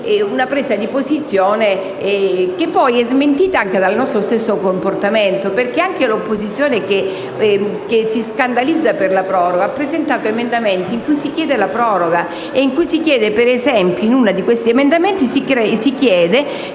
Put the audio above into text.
una presa di posizione che poi viene smentita anche dal nostro stesso comportamento. Infatti anche l'opposizione che si scandalizza per la proroga ha presentato emendamenti in cui chiede proprio una proroga. Ad esempio, in uno di questi emendamenti si scrive: